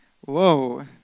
Whoa